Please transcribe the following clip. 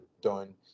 done